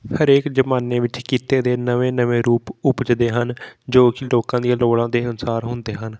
ਹਰੇਕ ਜ਼ਮਾਨੇ ਵਿੱਚ ਕਿੱਤੇ ਦੇ ਨਵੇਂ ਨਵੇਂ ਰੂਪ ਉਪਜਦੇ ਹਨ ਜੋ ਕਿ ਲੋਕਾਂ ਦੀਆਂ ਲੋੜਾਂ ਦੇ ਅਨੁਸਾਰ ਹੁੰਦੇ ਹਨ